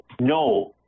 No